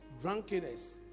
Drunkenness